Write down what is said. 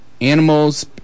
animals